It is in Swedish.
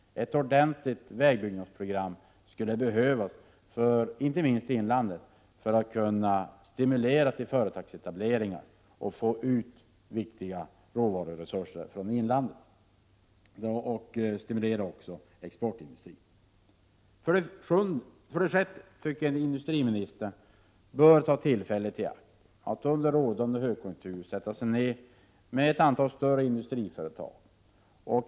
Ett ordentligt vägbyggnadsprogram skulle behövas, inte minst för inlandet, som kan stimulera till företagsetableringar och få ut viktiga råvaruresurser från inlandet, och även för att stimulera exportindustrin. 6. Industriministern bör ta tillfället i akt och under rådande högkonjunktur sätta sig ned och tala med företrädare för ett antal större industriföretag.